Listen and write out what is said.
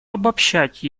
обобщать